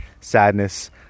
sadness